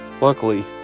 Luckily